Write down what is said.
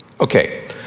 Okay